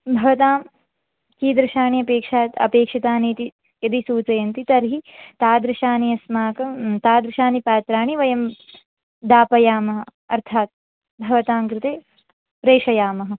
भवतां कीदृशानि अपेक्षा अपेक्षितानि इति यदि सूचयन्ति तर्हि तादृशानि अस्माकं तादृशानि पात्राणि वयं दापयामः अर्थात् भवतां कृते प्रेषयामः